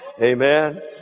Amen